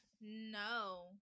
No